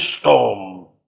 storm